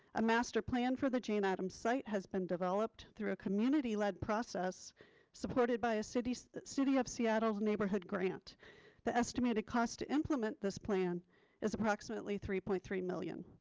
a master plan for the jane adams site has been developed through a community led process supported by a city. city of seattle's neighborhood grant the estimated cost to implement this plan is approximately three point three million.